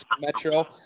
metro